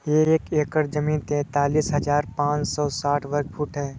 एक एकड़ जमीन तैंतालीस हजार पांच सौ साठ वर्ग फुट है